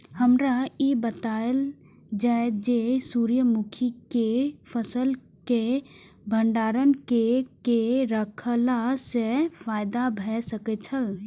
हमरा ई बतायल जाए जे सूर्य मुखी केय फसल केय भंडारण केय के रखला सं फायदा भ सकेय छल?